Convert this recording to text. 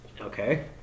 okay